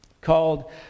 called